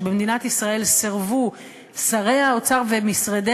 כשבמדינת ישראל סירבו שרי האוצר ומשרדי